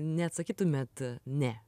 neatsakytumėt ne